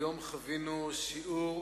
היום חווינו שיעור,